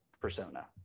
persona